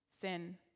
sin